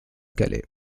calais